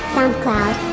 SoundCloud